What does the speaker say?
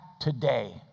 today